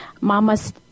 Mama's